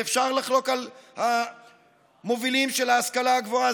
ואפשר לחלוק על המובילים של ההשכלה הגבוהה,